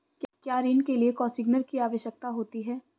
क्या ऋण के लिए कोसिग्नर की आवश्यकता होती है?